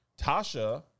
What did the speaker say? Tasha